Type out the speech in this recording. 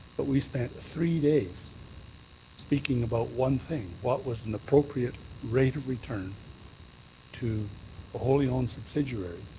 but we spent three days speaking about one thing what was an appropriate rate of return to wholey owned subsidiary